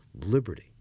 liberty